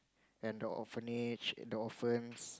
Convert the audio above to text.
and the orphanage the orphans